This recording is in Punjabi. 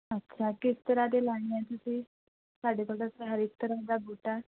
ਅੱਛਾ ਕਿਸ ਤਰ੍ਹਾਂ ਦੇ ਲੈਣੇ ਹੈ ਤੁਸੀਂ ਸਾਡੇ ਕੋਲ ਤਾਂ ਹਰੇਕ ਤਰ੍ਹਾਂ ਦਾ ਬੂਟਾ